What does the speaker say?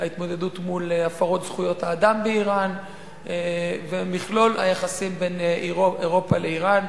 ההתמודדות מול הפרות זכויות האדם באירן ומכלול היחסים בין אירופה לאירן.